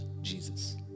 Jesus